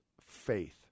faith